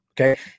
Okay